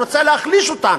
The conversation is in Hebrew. הוא רוצה להחליש אותן.